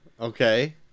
Okay